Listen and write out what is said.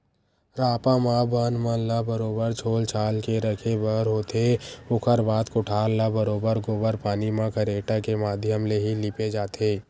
रापा म बन मन ल बरोबर छोल छाल के रखे बर होथे, ओखर बाद कोठार ल बरोबर गोबर पानी म खरेटा के माधियम ले ही लिपे जाथे